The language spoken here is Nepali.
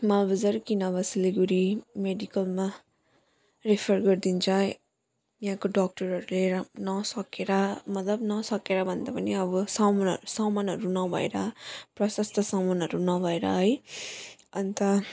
मालबजार कि नभए सिलिगुडी मेडिकलमा रेफर गरिदिन्छ यहाँको डक्टरहरूले रा नसकेर मतलब नसकेरभन्दा पनि अब समानह समानहरू नभएर प्रशस्त समानहरू नभएर है अनि त